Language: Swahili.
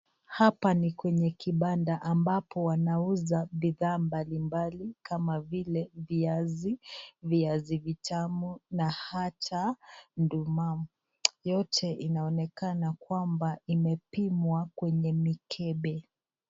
Hapa ni kwenye kibanda, ambapo wanauza bidhaa mbali mbali kama vile viazi, viazi vitamu na hata ndoma .Yote inaoenkana kwamba imepimwa kwenye mikebe.